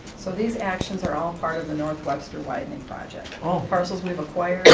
so these actions are all part of the north webster widening project. all parcels we've acquired